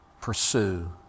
pursue